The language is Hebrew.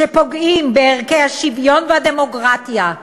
שפוגעים בערכי השוויון והדמוקרטיה,